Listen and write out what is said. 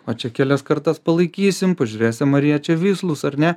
o čia kelias kartas palaikysim pažiūrėsim ar jie čia vyslūs ar ne